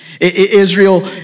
Israel